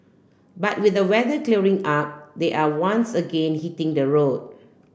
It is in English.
but with the weather clearing up they are once again hitting the road